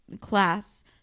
class